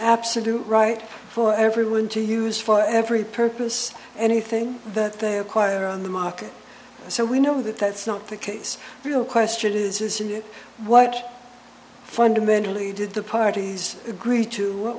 absolute right for everyone to use for every purpose anything that they acquire on the market so we know that that's not the case real question isn't it what fundamentally did the parties agree to what